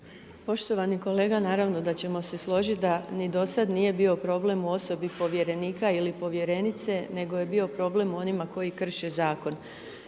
Poštovani kolega naravno da ćemo se složit da ni dosad nije bio problem u osobi povjerenika ili povjerenice nego je bio problem u onima koji krše zakon.